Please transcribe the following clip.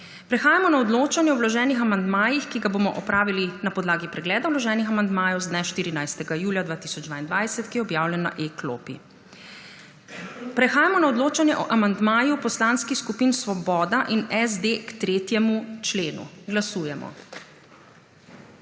Prehajamo na odločanje o vloženih amandmajih, ki ga bomo opravili na podlagi pregleda vloženih amandmajev z dne 14. julija 2022, ki je objavljen na e-klopi. Prehajamo na odločanje o amandmaju poslanskih skupin Svoboda in SD k 3. členu. Glasujemo.